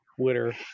Twitter